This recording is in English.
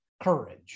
courage